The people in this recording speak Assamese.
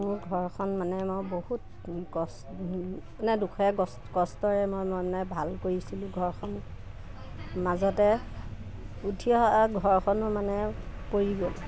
মোৰ ঘৰখন মানে মই বহুত ক মানে দুখেৰে ক কষ্টৰে মই মই মানে ভাল কৰিছিলোঁ ঘৰখন মাজতে উঠি অহা ঘৰখনো মানে পৰি গ'ল